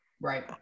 Right